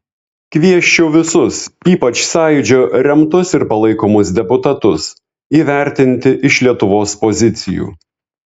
kviesčiau visus ypač sąjūdžio remtus ir palaikomus deputatus įvertinti iš lietuvos pozicijų